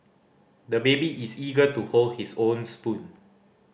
the baby is eager to hold his own spoon